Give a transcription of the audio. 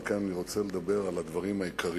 כן אני רוצה לדבר על הדברים העיקריים